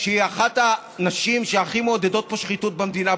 שהיא אחת הנשים שהכי מעודדות שחיתות פה במדינה,